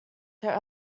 their